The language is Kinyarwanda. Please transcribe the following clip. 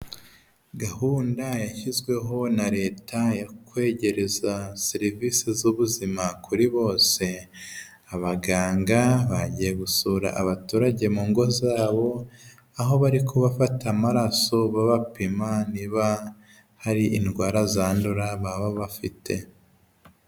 Gahunda yashyizweho na leta yo kwegereza serivisi z'buzima kuri bose abaganga bagiye gusura abaturage mu ngo zabo aho bari kubafata amaraso babapima niba hari indwara zandura baba bafite.